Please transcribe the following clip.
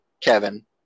Kevin